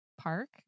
park